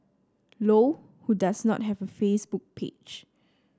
Low who does not have a Facebook page